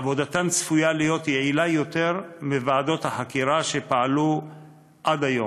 עבודתן צפויה להיות יעילה יותר משל ועדות החקירה שפעלו עד היום.